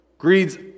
Greed's